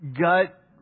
gut